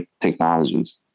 technologies